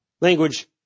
language